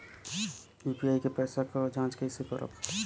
UPI के पैसा क जांच कइसे करब?